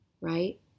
right